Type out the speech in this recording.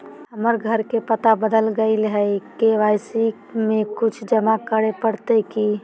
हमर घर के पता बदल गेलई हई, के.वाई.सी में कुछ जमा करे पड़तई की?